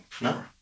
No